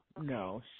No